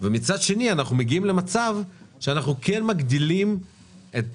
ומצד שני אנחנו מגיעים למצב שאנחנו כן מגדילים את